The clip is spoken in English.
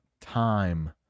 time